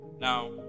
Now